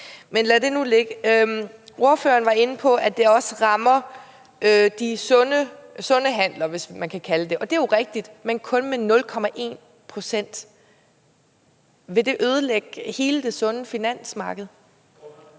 Men lad det nu ligge. Ordføreren var inde på, at det også rammer de sunde handler, hvis man kan kalde dem det. Det er jo rigtigt, men kun med 0,1 pct. Ville det ødelægge hele det sunde finansmarked?